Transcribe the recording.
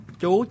chú